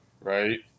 right